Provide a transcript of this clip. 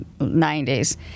90s